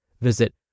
Visit